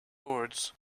boards